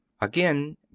Again